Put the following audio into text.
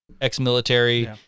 Ex-military